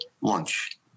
lunch